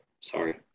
sorry